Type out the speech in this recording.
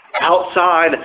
outside